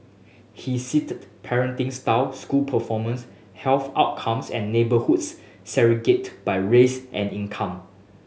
he sit parenting style school performance health outcomes and neighbourhoods segregate by race and income